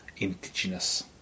indigenous